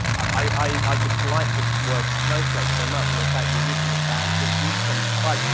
i dislike this word snowflake so much and, in fact, we recently banned its use on spiked,